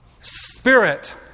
spirit